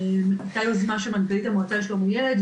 הייתה יוזמה של מנכ"לי המועצה לשלום הילד,